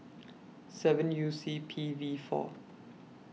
seven U C P V four